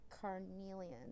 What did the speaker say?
carnelian